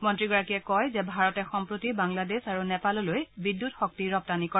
মন্ত্ৰীগৰাকীয়ে কয় যে ভাৰতে সম্প্ৰতি বাংলাদেশ আৰু নেপাললৈ বিদ্যুৎশক্তি ৰপ্তানি কৰে